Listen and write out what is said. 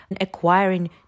acquiring